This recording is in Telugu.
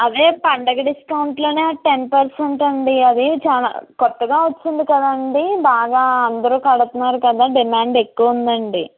అదే పండగ డిస్కౌంట్లు అనే ఆ టెన్ పర్సెంట్ అండి అవి చాలా కొత్తగా వచ్చింది కదండి బాగా అందరు కడుతున్నారు కదా డిమాండ్ ఎక్కువ ఉందండి